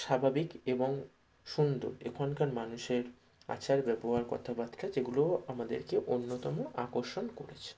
স্বাভাবিক এবং সুন্দর এখনকার মানুষের আচার ব্যবহার কথাবার্তা যেগুলো আমাদেরকে অন্যতম আকর্ষণ করেছে